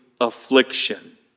affliction